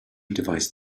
device